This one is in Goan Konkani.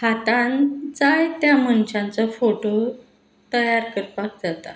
हातान जाय त्या मनशांचो फोटो तयार करपाक जाता